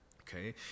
Okay